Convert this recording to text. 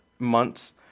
months